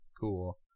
Cool